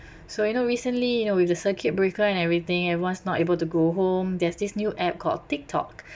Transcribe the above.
so you know recently you know with the circuit breaker and everything and was not able to go home there's this new app called tiktok